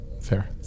Fair